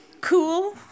cool